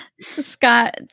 Scott